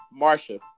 Marsha